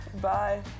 bye